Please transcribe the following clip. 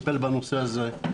שטיפל בנושא הזה,